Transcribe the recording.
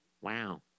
Wow